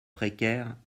précaire